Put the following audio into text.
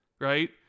Right